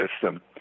system